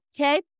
okay